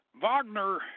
Wagner